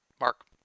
Mark